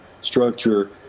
structure